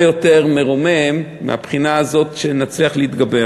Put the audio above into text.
יותר מרומם מהבחינה הזאת שנצליח להתגבר.